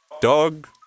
Dog